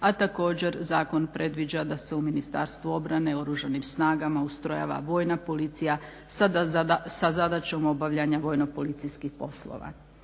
a također zakon predviđa da se u Ministarstvu obrane i oružanim snagama ustrojava vojna policija sa zadaćom obavljanja vojno-policijskih poslova.